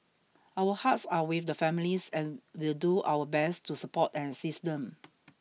our hearts are with the families and will do our best to support and assist them